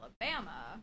Alabama